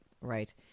Right